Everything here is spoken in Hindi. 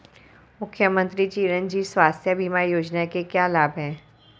मुख्यमंत्री चिरंजी स्वास्थ्य बीमा योजना के क्या लाभ हैं?